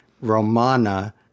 Romana